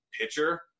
pitcher